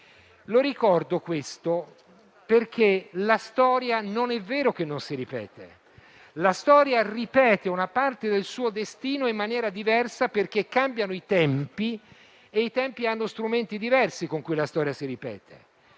Ricordo questo perché non è vero che la storia non si ripete. La storia ripete una parte del suo destino in maniera diversa, perché cambiano i tempi e i tempi hanno strumenti diversi con cui la storia si ripete,